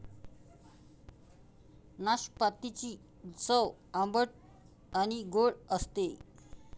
नाशपातीची चव आंबट आणि गोड असते